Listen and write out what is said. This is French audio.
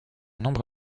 nombre